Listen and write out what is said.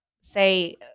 say